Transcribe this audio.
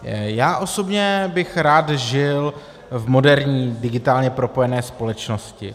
Já osobně bych rád žil v moderní, digitálně propojené společnosti.